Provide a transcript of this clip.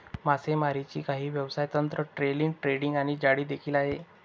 मासेमारीची काही व्यवसाय तंत्र, ट्रोलिंग, ड्रॅगिंग आणि जाळी देखील आहे